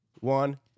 one